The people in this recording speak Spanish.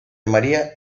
maría